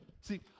See